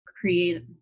create